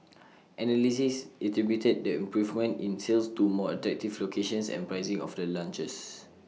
analysts attributed the improvement in sales to more attractive locations and pricing of the launches